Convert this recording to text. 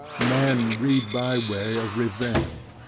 men read by way of revenge.